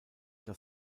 das